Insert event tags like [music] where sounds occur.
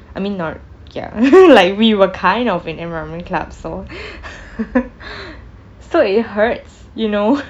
I mean not ya [noise] like we were kind of in environment club so [noise] so it hurts you know